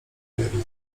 jedno